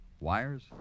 Wires